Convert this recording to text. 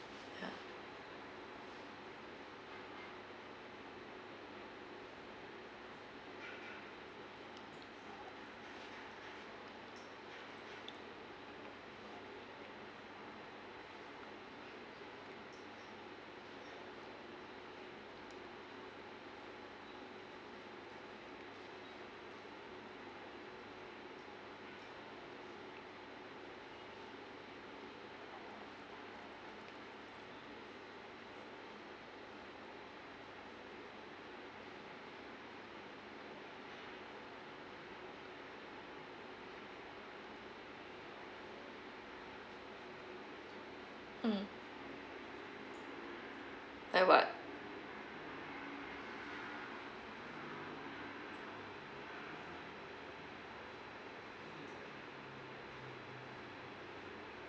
ya mm like what